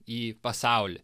į pasaulį